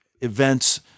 events